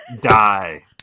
die